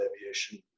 Aviation